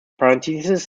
parentheses